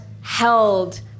held